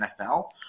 NFL